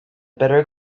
better